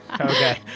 Okay